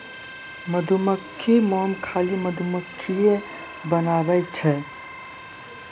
मधुमक्खी मोम खाली मधुमक्खिए बनाबै छै